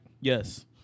Yes